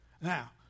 Now